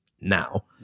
now